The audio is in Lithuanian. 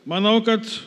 manau kad